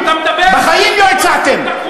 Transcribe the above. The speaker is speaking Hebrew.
אתה מדבר, בחיים לא הצעתם.